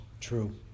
true